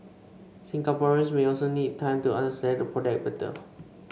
Singaporeans may also need time to understand the product better